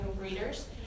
readers